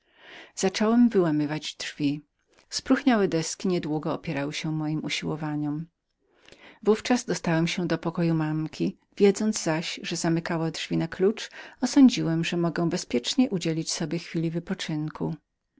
zacząłem wyłamywać drzwidrzwi spróchniałe deski nie długo oparły się moim usiłowaniom naówczas dostałem się do pokoju mamki wiedząc zaś że zamykała drzwi na klucz osądziłem że mogę bezpiecznie udzielić sobie chwilę wypoczynku